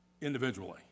individually